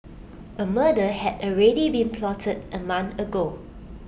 A murder had already been plotted A month ago